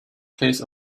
case